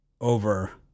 over